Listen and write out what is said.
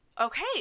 okay